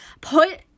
Put